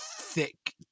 thick